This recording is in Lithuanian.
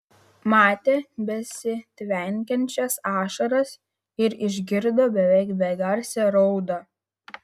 matė besitvenkiančias ašaras ir išgirdo beveik begarsę raudą